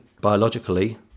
biologically